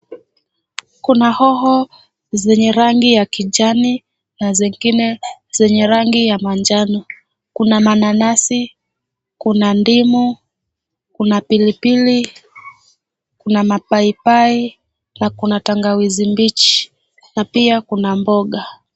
Kuna hoho zenye rangi ya kijani na zingine za rangi ya manjano. Kuna mananasi, kuna ndimu, kuna pilipili, kuna mapaipai na kuna tangawizi mbichi na pia kuna mboga.